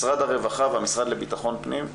משרד הרווחה והמשרד לבטחון פנים,